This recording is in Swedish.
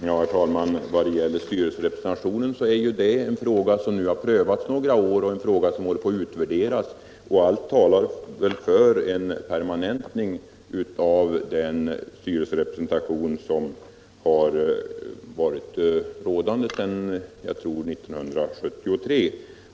Herr talman! I vad gäller styrelserepresentationen har den frågan prövats under några år, och det är en fråga som håller på att utvärderas. Allt talar väl för en permanentning av den styrelserepresentation som har varit rådande sedan 1973.